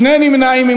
שני נמנעים.